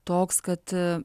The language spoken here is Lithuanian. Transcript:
toks kad